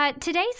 Today's